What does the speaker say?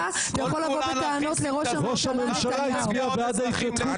אתה יכול לבוא בטענות לראש הממשלה נתניהו.